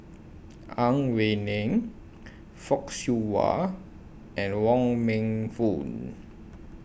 Ang Wei Neng Fock Siew Wah and Wong Meng Voon